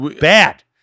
bad